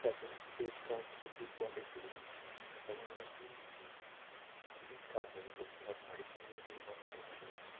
ਸਾਡੇ state transport ਦੀ quality ਮੈਂ ਕਹਾਂਗਾ ਕਿ ਠੀਕ ਠਾਕ ਹੈ ਮਤਲਬ ਬਹੁਤ ਮਾੜੀ ਵੀ ਨਹੀਂ ਹੈ ਬਟ ਬਹੁਤ ਚੰਗੀ ਵੀ ਨਹੀਂ ਹੈ